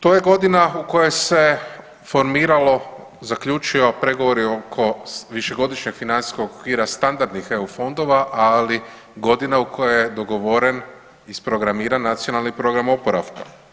To je godina u kojoj se formiralo zaključio pregovori oko višegodišnjeg financijskog okvira standardnih EU fondova, ali godina u kojoj je dogovoren, isprogramiran nacionalni program oporavka.